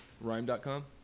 Rhyme.com